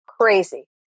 crazy